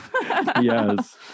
Yes